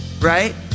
right